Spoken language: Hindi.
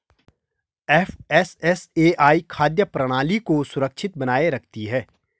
एफ.एस.एस.ए.आई खाद्य प्रणाली को सुरक्षित बनाए रखती है